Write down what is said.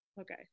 Okay